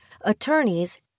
attorneys